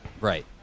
right